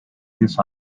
this